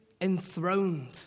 enthroned